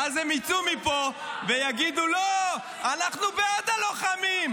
ואז הם יצאו מפה ויגידו: לא, אנחנו בעד הלוחמים.